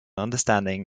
understanding